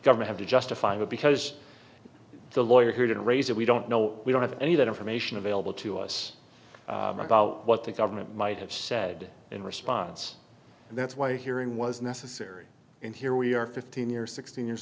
government have to justify it because the lawyer who didn't raise it we don't know we don't have any of that information available to us about what the government might have said in response and that's why a hearing was necessary and here we are fifteen years sixteen years